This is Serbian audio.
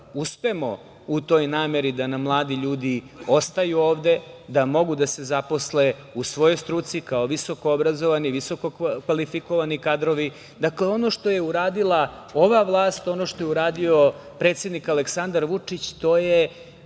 uspemo u toj nameri da nam mladi ljudi ostaju ovde, da mogu da se zaposle u svoj struci, kao visoko obrazovani, visoko kvalifikovani kadrovi. Dakle, ono što je uradili ova vlast, ono što je uradio predsednik Aleksandar Vučić, to je